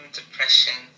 depression